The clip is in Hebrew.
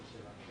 לסיכום,